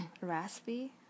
raspy